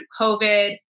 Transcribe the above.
COVID